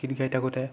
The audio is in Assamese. গীত গাই থাকোঁতে